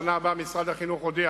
לשנה הבאה משרד החינוך הודיע